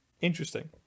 Interesting